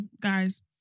guys